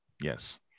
yes